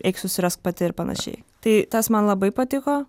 eik susirask pati ir panašiai tai tas man labai patiko